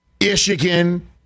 Michigan